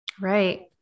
Right